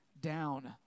down